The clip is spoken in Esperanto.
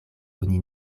oni